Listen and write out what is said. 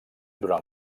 durant